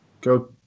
Go